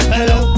Hello